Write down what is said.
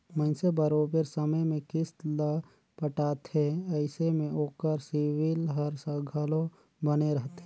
मइनसे बरोबेर समे में किस्त ल पटाथे अइसे में ओकर सिविल हर घलो बने रहथे